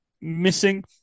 missing